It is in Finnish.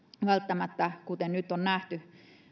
kuten nyt on nähty